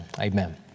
Amen